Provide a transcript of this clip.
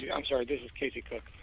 yeah i'm sorry. this is casey cook.